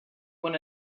won